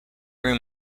room